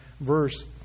verse